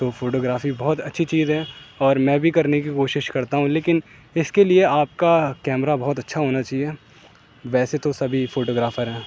تو فوٹوگرافی بہت اچھی چیز ہے اور میں بھی کرنے کی کوشش کرتا ہوں لیکن اس کے لیے آپ کا کیمرہ بہت اچھا ہونا چاہیے ویسے تو سبھی فوٹوگرافر ہیں